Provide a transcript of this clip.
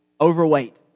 overweight